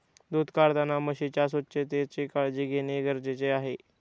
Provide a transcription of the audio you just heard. दूध काढताना म्हशीच्या स्वच्छतेची काळजी घेणे गरजेचे आहे